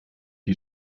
wie